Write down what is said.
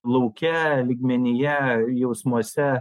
lauke lygmenyje jausmuose